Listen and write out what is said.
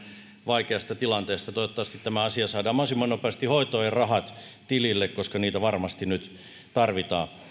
vaikeasta tilanteesta toivottavasti tämä asia saadaan mahdollisimman nopeasti hoitoon ja rahat tilille koska niitä varmasti nyt tarvitaan